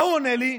מה הוא עונה לי?